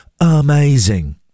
amazing